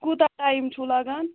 کوٗتاہ ٹایِم چھُو لگان